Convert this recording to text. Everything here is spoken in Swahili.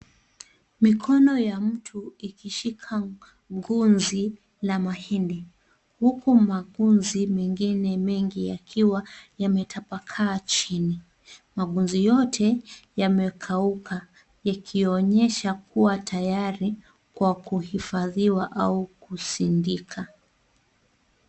Mikono ya mtu, ikishika, ngunzi, la mahindi, huku magunzi mengine mengi yakiwa yametapakaa chini, magunzi yote, yamekauka, ikionyesha kuwa tayari kwa kuhifadhiwa au kusindika.